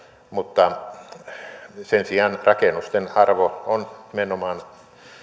mutta sen sijaan rakennusten arvo on nimenomaan